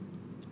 discount